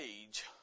age